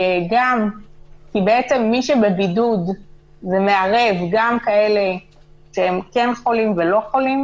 כי זה מערב חולים ולא חולים,